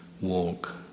walk